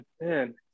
man